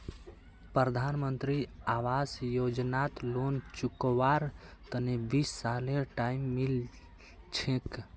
प्रधानमंत्री आवास योजनात लोन चुकव्वार तने बीस सालेर टाइम मिल छेक